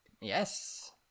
Yes